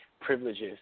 privileges